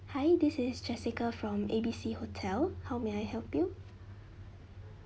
hi this is jessica from A B C hotel how may I help you